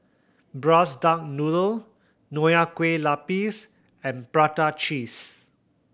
Braised Duck Noodle Nonya Kueh Lapis and prata cheese